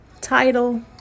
title